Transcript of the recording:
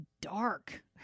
dark